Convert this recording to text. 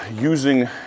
using